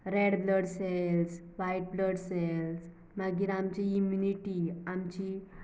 red blood cells white blood cells मागीर आमची immunity आमची